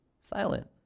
silent